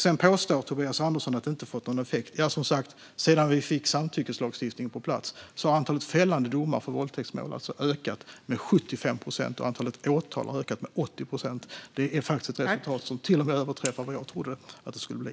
Sedan påstår Tobias Andersson att den inte har fått någon effekt. Men sedan vi fick samtyckeslagstiftningen på plats har antalet fällande domar i våldtäktsmål ökat med 75 procent och antalet åtal har ökat med 80 procent. Det är faktiskt ett resultat som till och med överträffar vad jag trodde att det skulle bli.